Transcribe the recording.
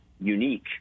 unique